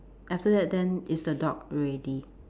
after that then is the dog already